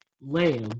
Lamb